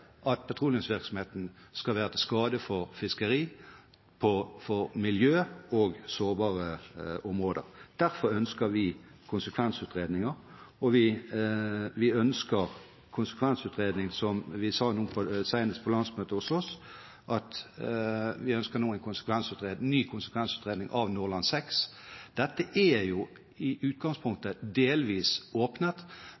at petroleumsvirksomheten skal være til skade for fiskeri, miljø og sårbare områder. Derfor ønsker vi konsekvensutredninger, og vi ønsker en ny konsekvensutredning, som vi senest sa nå på vårt landsmøte, av Nordland VI. Dette er i